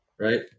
right